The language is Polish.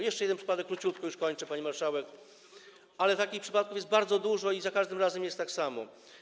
Jeszcze jeden przypadek - króciutko, już kończę, pani marszałek - ale takich przypadków jest bardzo dużo i za każdym razem jest tak samo.